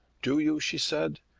do you? she said,